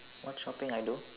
what shopping I do